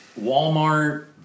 Walmart